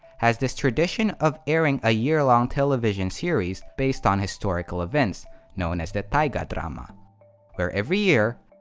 has this tradition of airing a year long television series based on historical events known as the taiga drama where every year,